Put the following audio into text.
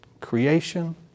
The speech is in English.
creation